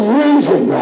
reason